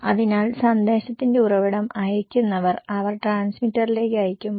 അതിനാൽ സന്ദേശത്തിന്റെ ഉറവിടം അയയ്ക്കുന്നവർ അവർ ട്രാൻസ്മിറ്ററിലേക്ക് അയയ്ക്കുമ്പോൾ